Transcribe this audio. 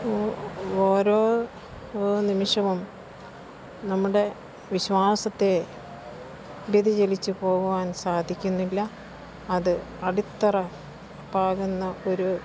ഓരോ നിമിഷവും നമ്മുടെ വിശ്വാസത്തെ വ്യതിചലിച്ചുപോകുവാൻ സാധിക്കുന്നില്ല അത് അടിത്തറ പാകുന്ന ഒരു